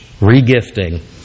re-gifting